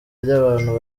ry’abantu